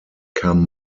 kam